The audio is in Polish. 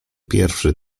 pierwszy